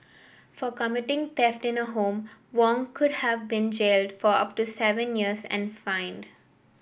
for committing theft in a home Wong could have been jailed for up to seven years and fined